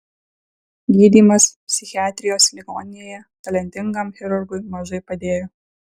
gydymas psichiatrijos ligoninėje talentingam chirurgui mažai padėjo